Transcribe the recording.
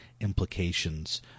implications